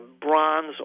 bronze